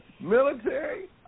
military